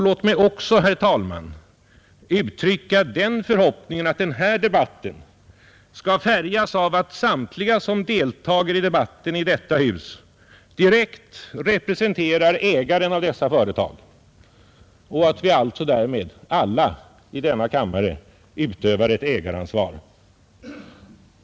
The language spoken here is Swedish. Låt mig också, herr talman, uttrycka den förhoppningen att den här debatten skall färgas av att samtliga som deltar i debatten i detta hus direkt representerar ägaren av dessa företag och att vi alltså därmed alla i denna kammare utövar ett ägaransvar.